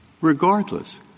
Regardless